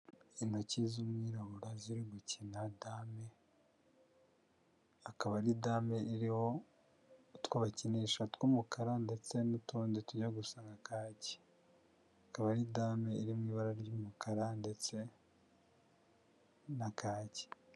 Intoki z'Umwirabura ziri gukina dame, akaba ari dame iriho utwo bakinisha tw'umukara ndetse n'utundi tujya gusanga kake. Akaba ari dame iri mu ibara ry'umukara ndetse na kake.